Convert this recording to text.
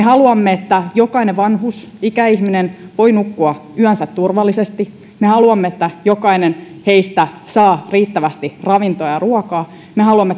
haluamme että jokainen vanhus ikäihminen voi nukkua yönsä turvallisesti me haluamme että jokainen heistä saa riittävästi ravintoa ja ruokaa me haluamme